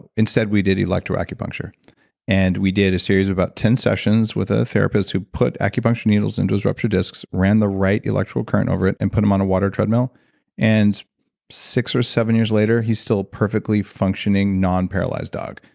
instead, we did electro-acupuncture and we did a series of about ten sessions with a therapist who put acupuncture needles into this ruptured discs, ran the right electrical current over it and put him on a water treadmill and six or seven years later he's still a perfectly functioning, non-paralyzed dog.